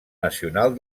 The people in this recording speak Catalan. nacional